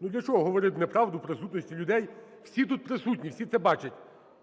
Ну для чого говорити неправду в присутності людей? Всі тут присутні, всі це бачать.